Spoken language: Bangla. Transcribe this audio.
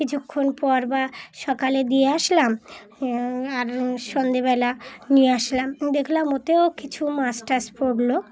কিছুক্ষণ পর বা সকালে দিয়ে আসলাম আর সন্ধ্যেবেলা নিয়ে আসলাম দেখলাম ওতেও কিছু মাছ টাছ পড়ল